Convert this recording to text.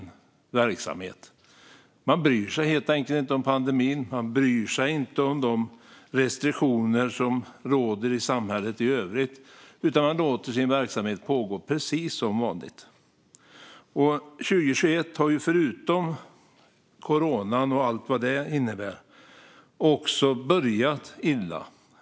Man bryr sig helt enkelt inte om pandemin, och man bryr sig inte om de restriktioner som råder i samhället i övrigt utan låter sin verksamhet pågå precis som vanligt. År 2021 har, förutom coronan och allt vad den innebär, börjat illa.